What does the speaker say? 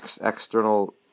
external